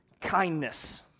kindness